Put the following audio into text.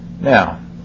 Now